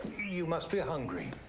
you must be hungry.